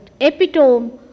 epitome